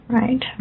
Right